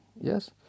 yes